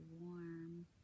warm